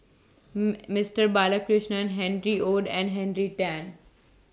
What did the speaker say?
Mister Balakrishnan Harry ORD and Henry Tan